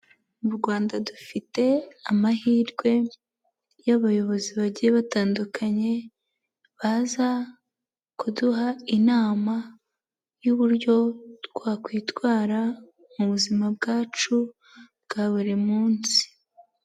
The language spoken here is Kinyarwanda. Mu Rwanda dufite amahirwe y'abayobozi bagiye batandukanye, baza kuduha inama y'uburyo twakwitwara, mu buzima bwacu bwa buri munsi.